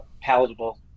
palatable